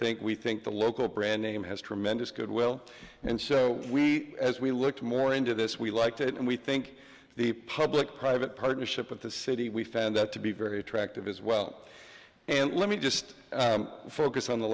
think we think the local brand name has tremendous goodwill and so we as we look to more into this we liked it and we think the public private partnership with the city we found that to be very attractive as well and let me just